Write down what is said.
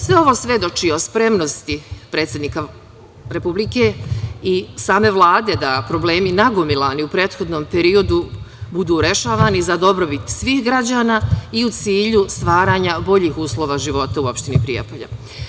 Sve ovo svedoči o spremnosti predsednika Republike i same Vlade da problemi nagomilani u prethodnom periodu budu rešavani za dobrobit svih građana i u cilju stvaranja boljih uslova života u opštini Prijepolje.